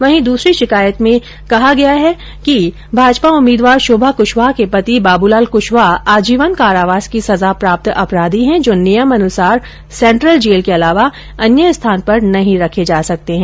वहीं दूसरी शिकायत मे कहा गया है कि भाजपा उम्मीदवार शोभा कुशवाह के पति बाबूलाल कुशवाह आजीवन कारावास की सजा प्राप्त अपराधी है जो नियमानुसार सेन्ट्रल जेल के अलावा अन्य स्थान पर नहीं रखे जा सकते है